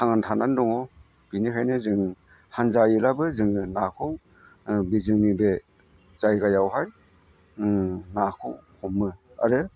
थांना थानानै दङ बेनिखायनो जों हानजायैबाबो जोङो नाखौ जोंनि बे जायगायावहाय नाखौ हमो आरो